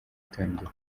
utangiye